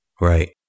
right